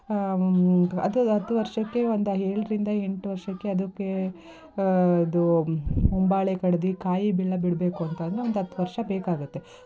ಅದೇ ಹತ್ತು ವರ್ಷಕ್ಕೆ ಒಂದಾ ಏಳರಿಂದ ಎಂಟು ವರ್ಷಕ್ಕೆ ಅದಕ್ಕೆ ಅದು ಬಾಳೆ ಕಡ್ದಿ ಕಾಯಿ ಬೆಲ್ಲ ಬಿಡಬೇಕು ಅಂತ ಅಂದ್ರೆ ಒಂದು ಹತ್ತು ವರ್ಷ ಬೇಕಾಗುತ್ತೆ